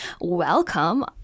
welcome